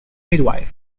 midwife